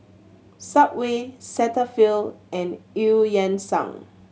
Subway Cetaphil and Eu Yan Sang